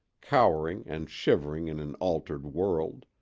cowering and shivering in an altered world,